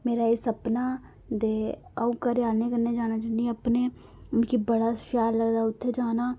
मेरा एह् सपना दे अ'ऊं घरे आहले कन्नै जाना चाह्न्नीं अपने मिकी बड़ा शैल लगदा उत्थै